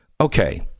Okay